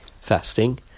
fasting